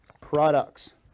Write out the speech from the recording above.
products